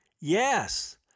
yes